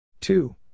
Two